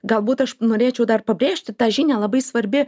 galbūt aš norėčiau dar pabrėžti tą žinią labai svarbi